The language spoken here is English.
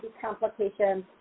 complications